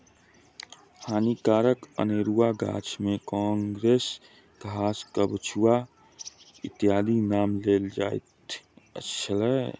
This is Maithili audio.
हानिकारक अनेरुआ गाछ मे काँग्रेस घास, कबछुआ इत्यादिक नाम लेल जाइत अछि